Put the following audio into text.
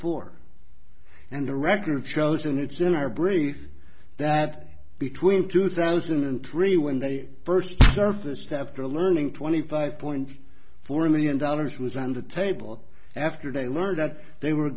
four and the record shows in its general brief that between two thousand and three when they first surfaced after learning twenty five point four million dollars was on the table after they learned that they were